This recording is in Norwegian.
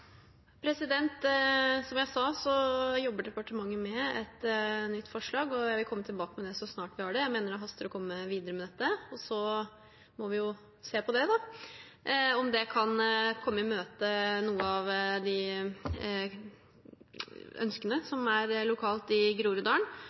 Som jeg sa, så jobber departementet med et nytt forslag, og jeg vil komme tilbake med det så snart vi har det. Jeg mener det haster å komme videre med dette. Så må vi se på om det forslaget kan komme i møte noen av de ønskene